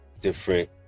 different